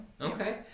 okay